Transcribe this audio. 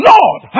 Lord